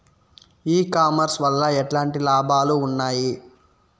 E commerce వల్ల ఎట్లాంటి లాభాలు ఉన్నాయి?